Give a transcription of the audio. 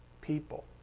People